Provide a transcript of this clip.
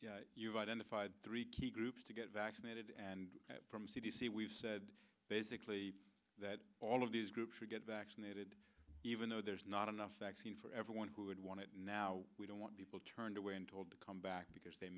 you've identified three key groups to get vaccinated and from c d c we've said basically that all of these groups should get vaccinated even though there's not enough vaccine for everyone who would want it now we don't want people turned away and told to come back because they